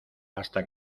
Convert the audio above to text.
hasta